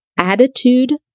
Attitude